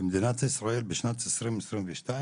במדינת ישראל בשנת 2022,